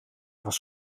was